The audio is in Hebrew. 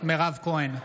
מירב כהן,